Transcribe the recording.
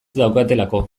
daukatelako